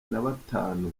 nabatanu